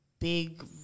big